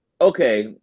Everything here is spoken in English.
okay